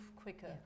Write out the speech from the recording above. quicker